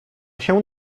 się